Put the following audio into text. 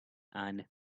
and